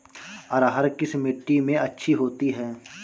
अरहर किस मिट्टी में अच्छी होती है?